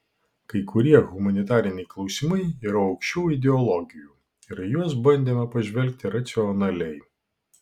kai kurie humanitariniai klausimai yra aukščiau ideologijų ir į juos bandėme pažvelgti racionaliai